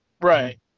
Right